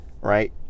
Right